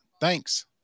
Thanks